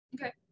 Okay